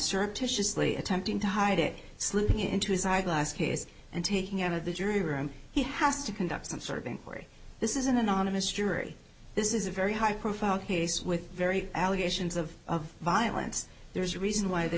surreptitiously attempting to hide it slipping into his eyeglass case and taking out of the jury room he has to conduct some sort of inquiry this is an anonymous jury this is a very high profile case with very allegations of of violence there's a reason why th